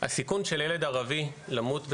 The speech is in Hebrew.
הסיכון של ילד ערבי למות בתאונה,